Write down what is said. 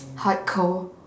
hardcore